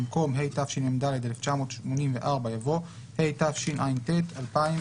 במקום "התשמ"ד-1984" יבוא "התשע"ט-2018".